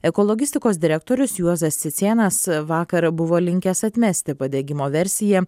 ekologistikos direktorius juozas cicėnas vakar buvo linkęs atmesti padegimo versiją